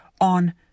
on